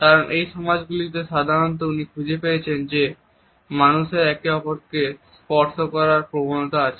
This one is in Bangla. কারণ এই সমাজ গুলিতে সাধারনত উনি খুঁজে পেয়েছেন যে মানুষের একে অপরকে স্পর্শ করার প্রবণতা আছে